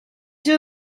you